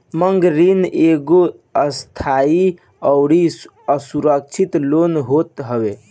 मांग ऋण एगो अस्थाई अउरी असुरक्षित लोन होत हवे